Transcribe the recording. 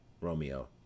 Romeo